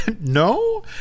No